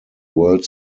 world